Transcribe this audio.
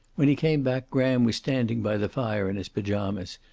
when he came back, graham was standing by the fire in his pajamas,